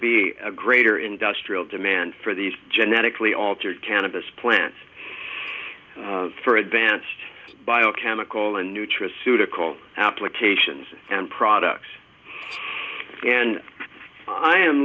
be a greater industrial demand for these genetically altered cannabis plants for advanced biochemical and nutraceutical applications and products and i am